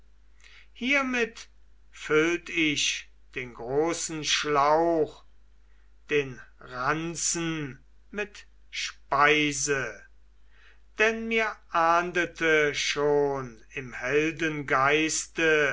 hiermit füllt ich den großen schlauch den ranzen mit speise denn mir ahndete schon im